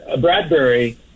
Bradbury